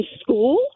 school